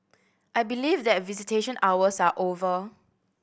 I believe that visitation hours are over